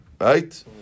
right